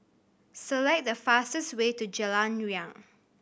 select the fastest way to Jalan Riang